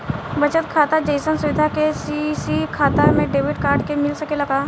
बचत खाता जइसन सुविधा के.सी.सी खाता में डेबिट कार्ड के मिल सकेला का?